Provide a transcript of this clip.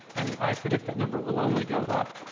and i predict that number will only go up.